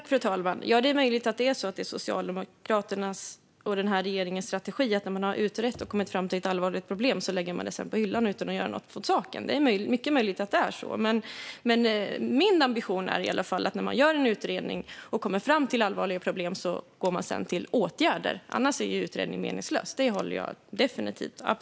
Fru talman! Det är mycket möjligt att Socialdemokraternas och den här regeringens strategi är att, när man har utrett och kommit fram till att det finns ett allvarligt problem, lägga utredningen på hyllan utan att göra något åt saken. Men min ambition är att en utredning som kommer fram till att det finns allvarliga problem ska leda till att åtgärder vidtas. Annars är utredningen värdelös. Det håller jag absolut med om.